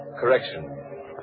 Correction